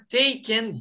taken